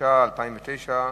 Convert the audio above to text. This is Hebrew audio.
התש"ע 2009,